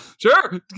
sure